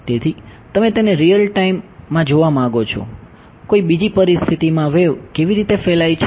તેથી તમે તેને રીઅલ ટાઈમ માં વેવ કેવી રીતે ફેલાય છે